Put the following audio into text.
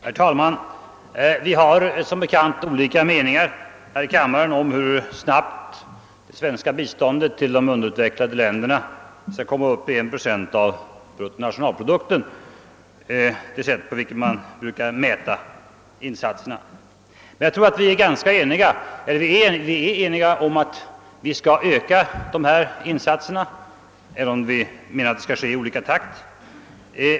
Herr talman! Vi har som bekant olika meningar om hur snabbt det svenska biståndet till de underutvecklade länderna skall komma upp i 1 procent av bruttonationalprodukten. Men vi är eniga om ait vi skall öka dessa insatser.